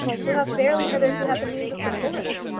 who have barely hitherto had the means of support.